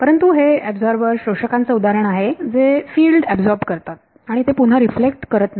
परंतु हे शोषकांचे उदाहरण आहे जे फिल्ड एबझोर्ब करतात आणि ते पुन्हा रिफ्लेक्ट करत नाही